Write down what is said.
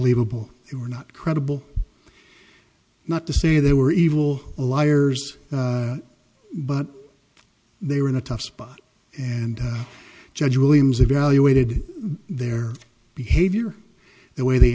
evable or not credible not to say they were evil liars but they were in a tough spot and judge williams evaluated their behavior the way they